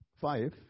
five